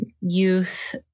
youth